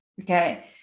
Okay